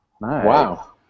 Wow